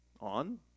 On